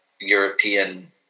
European